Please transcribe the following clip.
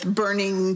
burning